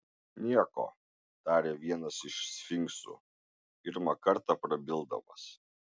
nieko tarė vienas iš sfinksų pirmą kartą prabildamas